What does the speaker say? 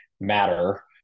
matter